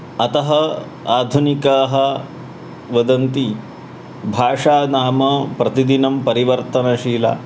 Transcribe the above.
अतः आधुनिकाः वदन्ति भाषा नाम प्रतिदिनं परिवर्तनशीला